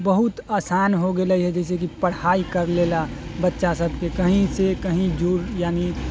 बहुत आसान हो गेलै हँ जइसेकि पढ़ाइ करि लेलक बच्चा सबके कहीँसँ कहीँ जुड़ि यानी जुड़ि